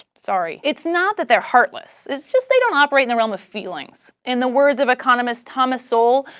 sorry. it's not that they're heartless. it's just they don't operate in the realm of feelings. in the words of economist thomas so